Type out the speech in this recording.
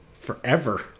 forever